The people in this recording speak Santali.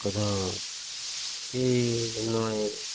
ᱠᱚᱫᱚ ᱮᱭ ᱱᱚᱜ ᱚᱭ